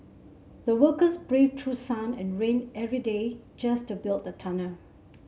the workers braved through sun and rain every day just to build the tunnel